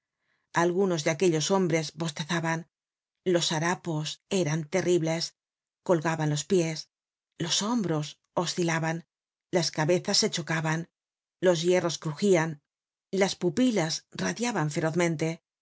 algunos de aquellos hombres bostezaban los harapos eran terribles colgaban los pies los hombros oscilaban las cabezas se chocaban los hierros crujian las pupilas radiaban